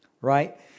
Right